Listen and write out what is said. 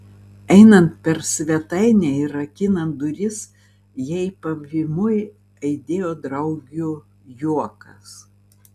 einant per svetainę ir rakinant duris jai pavymui aidėjo draugių juokas